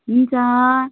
हुन्छ